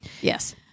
Yes